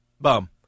Bum